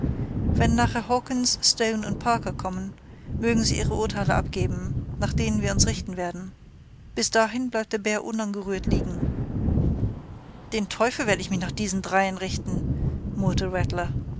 wenn nachher hawkens stone und parker kommen mögen sie ihre urteile abgeben nach denen wir uns richten werden bis dahin bleibt der bär unangerührt liegen den teufel werde ich mich nach diesen dreien richten